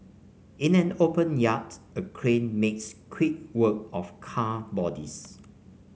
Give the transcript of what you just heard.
in an open yard a crane makes quick work of car bodies